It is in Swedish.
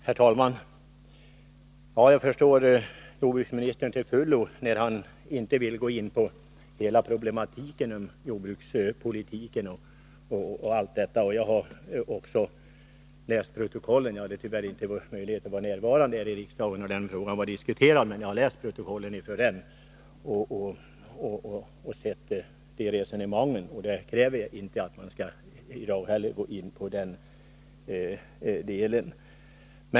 Herr talman! Jag förstår jordbruksministern till fullo, när han inte vill gå in på hela problematiken om jordbrukspolitiken. Jag hade tyvärr inte möjlighet att vara närvarande i riksdagen när den frågan diskuterades, men jag har läst protokollet från den debatten och följt resonemanget. Inte heller jag villi dag gå in på den delen.